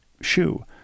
shoe